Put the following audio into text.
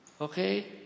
Okay